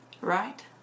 right